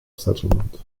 settlement